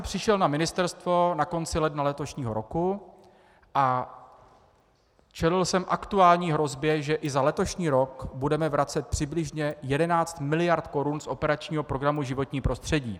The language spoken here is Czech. Přišel jsem na ministerstvo na konci ledna letošního roku a čelil jsem aktuální hrozbě, že i za letošní rok budeme vracet přibližně 11 mld. korun z operačního programu Životní prostředí.